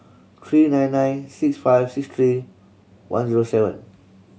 three nine nine six five six three one zero seven